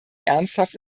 ernsthaft